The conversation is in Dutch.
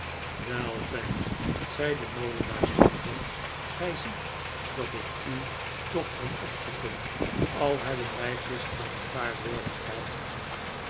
wel fanny zei de molenaarsdochter gij ziet dat ik u toch kom opzoeken al hebben wij gisteren een paar woorden gehad